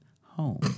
home